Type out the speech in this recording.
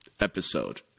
episode